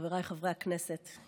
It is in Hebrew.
חבריי חברי הכנסת,